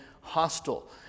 hostile